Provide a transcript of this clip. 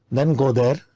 then go there,